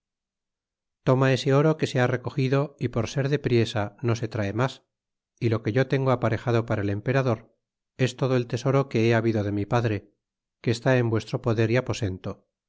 toma ese oro que se ha recogido y por ser de priesa no se trae mas y lo que yo tengo aparejado para el emperador es todo el tesoro que he habido de mi padre que está en vuestro poder y aposento